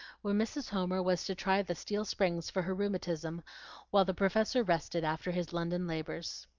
where mrs. homer was to try the steel springs for her rheumatism while the professor rested after his london labors.